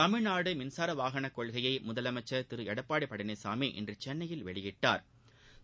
தமிழ்நாடு மின்சார வாகனக் கொள்கையை முதலமைச்சர் திரு எடப்பாடி பழனிசாமி இன்று சென்னையில் வெளியிட்டா்